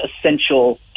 essential